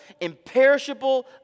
imperishable